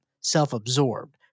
self-absorbed